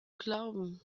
glauben